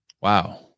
Wow